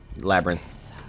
labyrinth